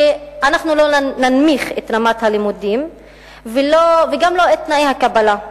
שאנחנו לא ננמיך את רמת הלימודים וגם לא את תנאי הקבלה.